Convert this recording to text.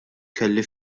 kellha